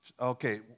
Okay